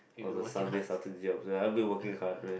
all the Sunday Saturday jobs I've been working hard man